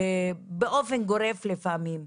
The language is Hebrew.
באופן גורף לפעמים,